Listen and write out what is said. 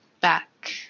back